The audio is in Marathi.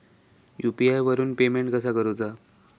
यू.पी.आय वरून पेमेंट कसा करूचा?